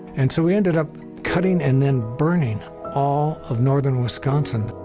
and so we ended up cutting and then burning all of northern wisconsin.